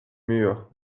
mûres